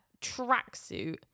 tracksuit